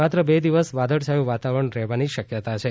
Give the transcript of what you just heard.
માત્ર બે દિવસ વાદળછાયું વાતાવરણ રહેવાની શક્યતા છે